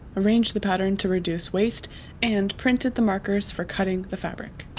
arranged the pattern to reduce waste and printed the markers for cutting the fabric.